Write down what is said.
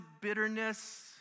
bitterness